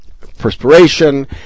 Perspiration